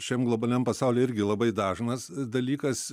šiam globaliam pasauly irgi labai dažnas dalykas